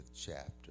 chapter